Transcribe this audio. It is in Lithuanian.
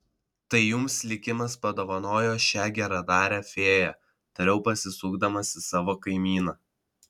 tai jums likimas padovanojo šią geradarę fėją tariau pasisukdamas į savo kaimyną